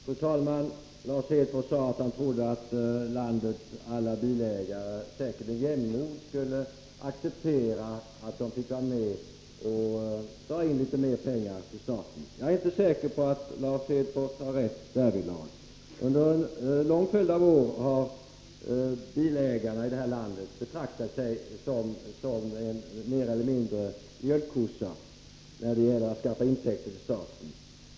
Fru talman! Lars Hedfors sade att han trodde att landets alla bilägare säkert med jämnmod skulle acceptera att de fick vara med och dra in litet mer pengar till staten. Jag är inte säker på att Lars Hedfors har rätt därvidlag. Under en lång följd av år har bilägarna i det här landet betraktat sig mer eller mindre som mjölkkossa när det gällt att skaffa intäkter till staten.